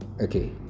Okay